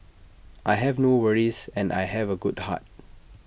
I have no worries and I have A good heart